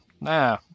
nah